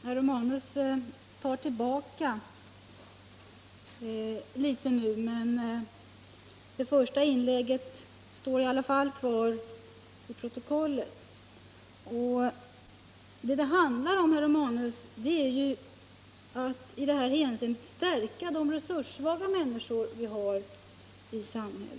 Herr talman! Herr Romanus tar tillbaka litet nu, men hans första inlägg står i alla fall kvar i protokollet. Vad det handlar om, herr Romanus, är ju att i detta hänseende stärka de resurssvaga människor som vi har i vårt samhälle.